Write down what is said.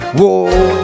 Whoa